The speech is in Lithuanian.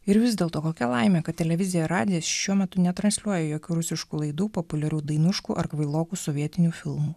ir vis dėlto kokia laimė kad televizija radijas šiuo metu netransliuoja jokių rusiškų laidų populiarių dainuškų ar kvailokų sovietinių filmų